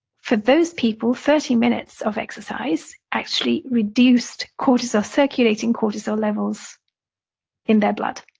for those people, thirty minutes of exercise actually reduced cortisol circulating cortisol levels in their blood.